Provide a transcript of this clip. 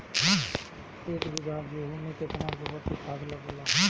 एक बीगहा गेहूं में केतना गोबर के खाद लागेला?